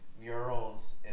Murals